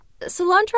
Cilantro